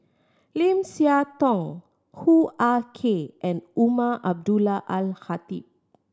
Lim Siah Tong Hoo Ah Kay and Umar Abdullah Al Khatib